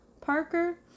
Parker